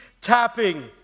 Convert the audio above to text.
tapping